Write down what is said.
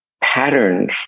patterns